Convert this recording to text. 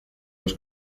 los